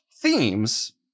themes